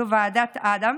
זו ועדת אדם,